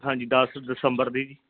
ਹਾਂਜੀ ਦਸ ਦਸੰਬਰ ਦੀ ਜੀ